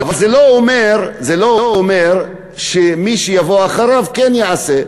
אבל זה לא אומר שמי שיבוא אחריו כן יעשה.